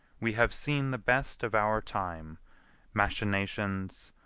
we have seen the best of our time machinations,